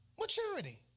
maturity